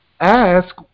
Ask